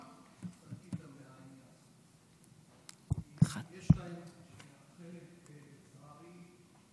גבירתי היושבת-ראש, חברי יואב קיש,